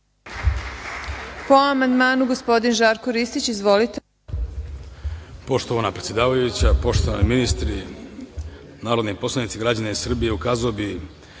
Po amandmanu, gospodin Žarko Ristić. Izvolite. **Žarko Ristić** Poštovana predsedavajuća, poštovani ministri, narodni poslanici, građani Srbije, ukazao bih